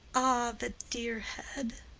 ah, the dear head,